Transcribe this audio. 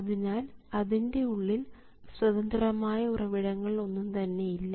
അതിനാൽ അതിൻറെ ഉള്ളിൽ സ്വതന്ത്രമായ ഉറവിടങ്ങൾ ഒന്നുംതന്നെയില്ല